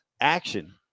action